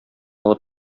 алып